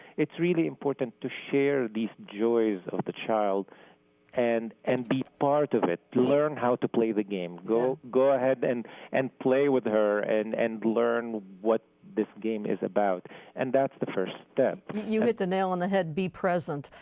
it's really important to share these joys of the child and and be part of it, to learn how to play the game, go go ahead and and play with her and and learn what this game is about and that's the first step. you hit the nail on the head, be present.